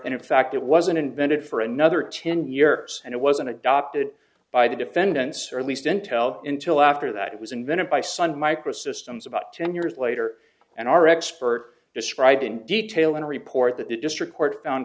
and in fact it wasn't invented for another ten years and it wasn't adopted by the defendants or at least intel intil after that it was invented by sun microsystems about ten years later and our expert described in detail in a report that the district court